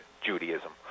Judaism